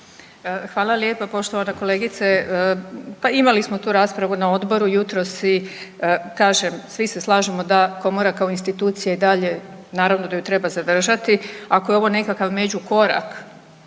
Hvala lijepa poštovana kolegice. Pa imali smo tu raspravu na odboru jutros i kažem svi se slažemo da Komora kao institucija i dalje naravno da je treba zadržati. Ako je ovo nekakav međukorak